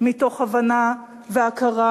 מתוך הבנה והכרה,